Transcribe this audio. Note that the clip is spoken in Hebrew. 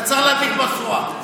אתה צריך להדליק משואה.